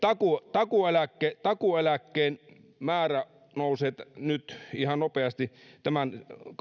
takuueläkkeen takuueläkkeen määrä nousee nyt ihan nopeasti tämän